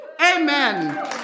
Amen